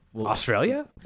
Australia